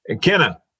Kenna